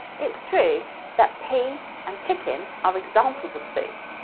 it's true that pea and chicken are examples of soup,